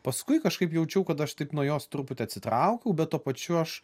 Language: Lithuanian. paskui kažkaip jaučiau kad aš taip nuo jos truputį atsitraukiau bet tuo pačiu aš